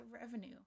revenue